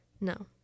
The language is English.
No